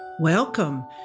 Welcome